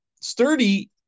Sturdy